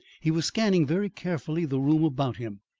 he was scanning very carefully the room about him.